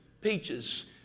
peaches